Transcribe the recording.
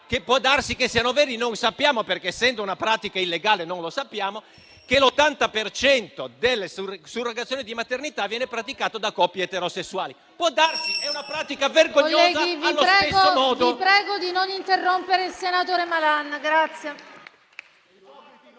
che può darsi siano veri. Non lo sappiamo perché, essendo una pratica illegale, non lo sappiamo. È scritto che l'80 per cento delle surrogazioni di maternità viene praticato da coppie eterosessuali. Può darsi. È una pratica vergognosa allo stesso modo!